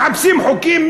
מחפשים חוקים,